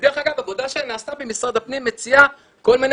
עבודה שנעשתה במשרד הפנים מציעה כל מיני